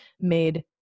made